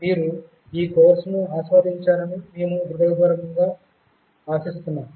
మీరు ఈ కోర్సును ఆస్వాదించారని మేము హృదయపూర్వకంగా ఆశిస్తున్నాము